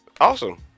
Awesome